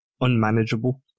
unmanageable